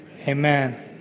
amen